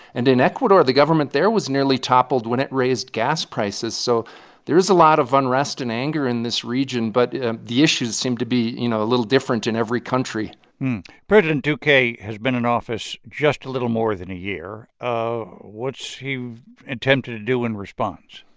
and in ecuador, the government there was nearly toppled when it raised gas prices. so there is a lot of unrest and anger in this region. but the issues seem to be, you know, a little different in every country president duque has been in office just a little more than a year. ah what's he attempted to do in response?